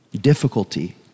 difficulty